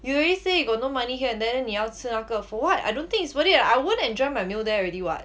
you already say you got no money here and there then 你要吃那个 for what I don't think it's worth it I won't enjoy my meal there already [what]